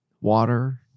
Water